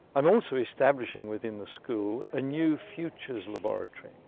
i'm also establishing within the school a new futures laboratory,